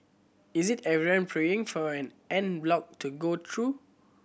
is it everyone praying for an en bloc to go through